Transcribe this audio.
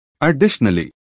Additionally